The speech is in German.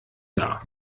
jahr